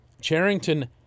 Charrington